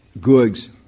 goods